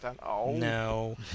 No